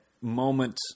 moment